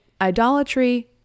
Idolatry